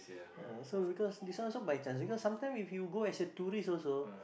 ah so because this one also by chance because sometime if you go as a tourist also